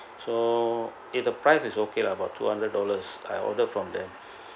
so if the price is okay lah about two hundred dollars I order from there